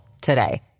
today